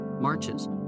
marches